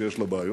שיש לה בעיות,